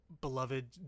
beloved